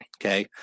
Okay